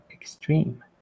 extreme